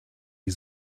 die